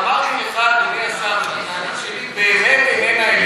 אמרתי לך, אדוני השר, שהטענה שלי באמת איננה אליך.